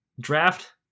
draft